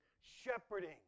shepherding